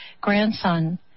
Grandson